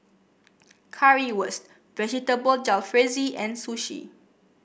Currywurst Vegetable Jalfrezi and Sushi